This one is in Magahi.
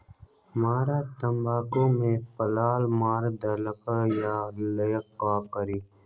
हमरा तंबाकू में पल्ला मार देलक ये ला का करी?